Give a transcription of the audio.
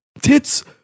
tits